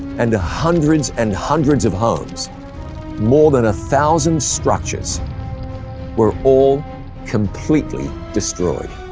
and hundreds and hundreds of homes more than a thousand structures were all completely destroyed.